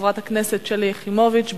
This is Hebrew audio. חברת הכנסת שלי יחימוביץ.